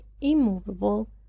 immovable